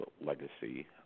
legacy